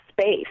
space